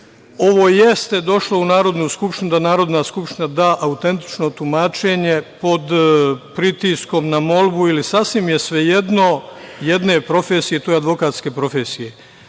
jeste došlo u Narodnu skupštinu, da Narodna skupština da autentično tumačenje pod pritiskom, na molbu ili sasvim je sve jedno jedne profesije tj. advokatske profesije. Ne